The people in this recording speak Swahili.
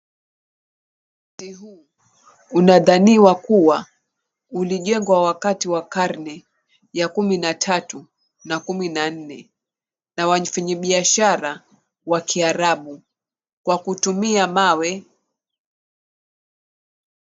Mji huu unadhaniwa kuwa ulijengwa wakati wa karne ya elfu 13 na 14 na wanafanya biashara wa kiarabu kwa kutumia mawe.